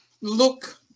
look